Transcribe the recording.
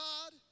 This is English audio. God